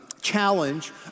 challenge